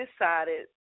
decided